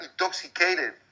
intoxicated